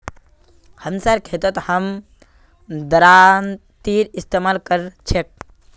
हमसार खेतत हम दरांतीर इस्तेमाल कर छेक